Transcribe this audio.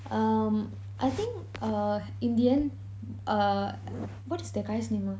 um I think err in the end err what is that guy's name ah